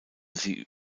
sie